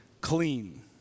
clean